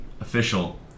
official